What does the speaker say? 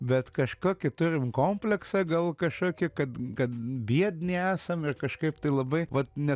bet kažkokį turim komplektą gal kažkokį kad kad biedni esam ir kažkaip tai labai vat ne